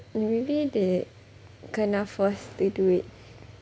maybe they kena force to do it